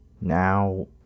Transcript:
now